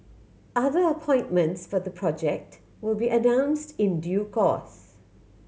other appointments for the project will be announced in due course